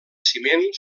ciment